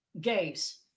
gays